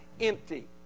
empty